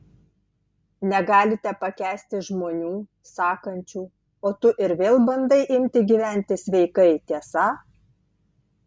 negalite pakęsti žmonių sakančių o tu ir vėl bandai imti gyventi sveikai tiesa